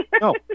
No